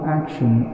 action